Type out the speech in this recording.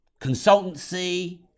consultancy